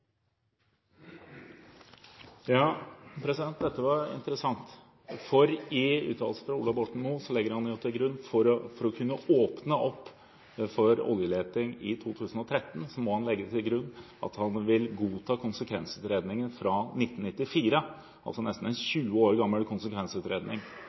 Dette var interessant, for i uttalelsene fra Ola Borten Moe må han legge til grunn for å kunne åpne opp for oljeleting i 2013 at han vil godta konsekvensutredningen fra 1994, en nesten